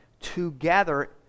together